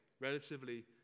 relatively